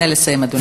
נא לסיים, אדוני.